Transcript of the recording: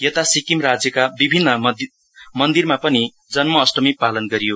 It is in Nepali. यता सिक्किम राज्यका विभिन्न मन्दिरमा पनि जन्माष्टमी पालन गरियो